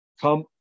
Come